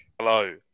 Hello